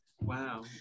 Wow